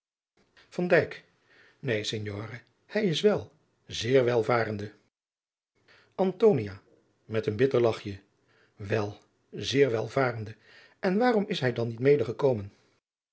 neen signore hij is wel zeer welvarende antonia met een bitter lachje wel zeer welvarende en waarom is hij dan niet medegekomen